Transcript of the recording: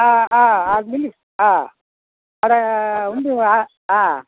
ఆడ ఉంది